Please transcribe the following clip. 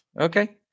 okay